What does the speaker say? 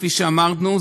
כפי שאמרנו,